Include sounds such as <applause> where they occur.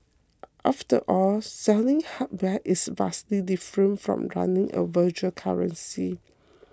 <noise> after all selling hardware is vastly different from running a virtual currency